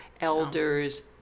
elders